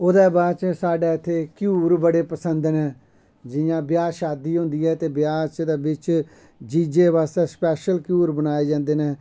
ओह्दै बाद च साढ़ै इत्थे घ्यूर बड़े पसंद नै जियां ब्याह् शादी होंदी ऐ ते ब्याह् दै बिच्च जीजै बास्तै सपैशल घ्यूर बनाए जंदे नै